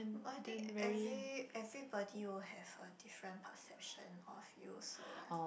but I think every everybody will have a different perception of you so uh